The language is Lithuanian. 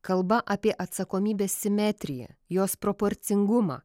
kalba apie atsakomybės simetriją jos proporcingumą